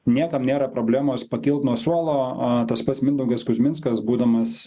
niekam nėra problemos pakilt nuo suolo a tas pats mindaugas kuzminskas būdamas